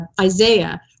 Isaiah